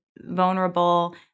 vulnerable